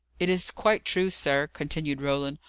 it is quite true, sir, continued roland.